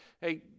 Hey